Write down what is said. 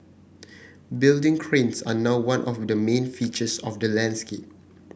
building cranes are now one of the main features of the landscape